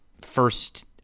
first